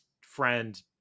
friend